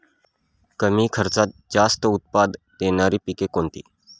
कमी खर्चात जास्त उत्पाद देणारी पिके कोणती?